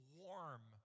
warm